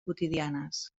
quotidianes